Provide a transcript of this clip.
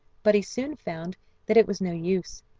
but he soon found that it was no use,